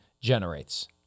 generates